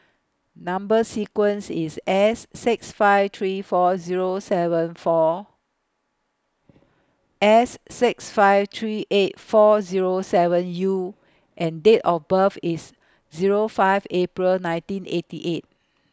Number sequence IS S six five three four Zero seven four S six five three eight four Zero seven U and Date of birth IS Zero five April nineteen eighty eight